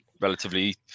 relatively